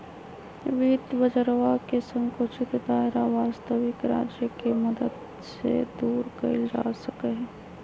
वित्त बाजरवा के संकुचित दायरा वस्तबिक राज्य के मदद से दूर कइल जा सका हई